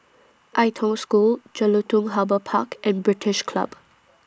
Ai Tong School Jelutung Harbour Park and British Club